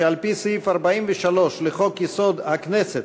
שעל-פי סעיף 43 לחוק-יסוד: הכנסת,